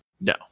no